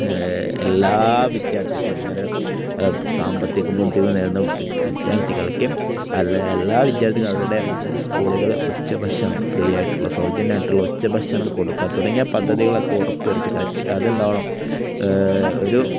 എല്ലാ വിദ്യാർത്ഥികളും ഇങ്ങനെ സാമ്പത്തിക ബുദ്ധിമുട്ടുകള് നേരിടുന്ന വിദ്യാർത്ഥികൾക്ക് എല്ലാ വിദ്യാര്ത്ഥികള്ക്കും അവരുടെ സ്കൂളികളില് ഉച്ചഭക്ഷണം ഫ്രീ ആയിട്ടുള്ള സൗജന്യമായിട്ടുള്ള ഉച്ചഭക്ഷണം കൊടുക്കുക തുടങ്ങിയ പദ്ധതികളൊക്കെ ഉറപ്പവരുത്തി ഒരു